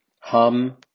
Hum